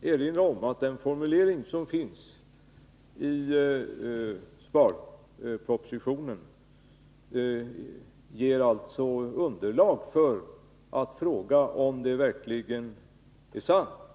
säga att den formulering som finns i sparpropositionen ger underlag för att fråga om det verkligen är sant.